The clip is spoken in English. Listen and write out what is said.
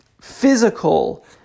physical